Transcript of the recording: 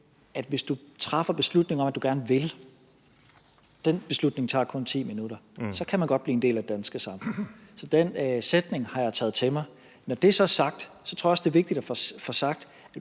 at hvis du træffer en beslutning om, at du gerne vil, så tager den beslutning kun 10 minutter. Så kan man godt blive en del af det danske samfund. Så den sætning har jeg taget til mig. Når det så er sagt, tror jeg også, det er vigtigt at få sagt,